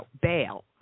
bail